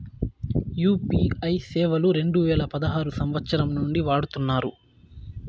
UPI సేవలు రెండు వేల పదహారు సంవచ్చరం నుండి వాడుతున్నారు